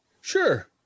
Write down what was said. sure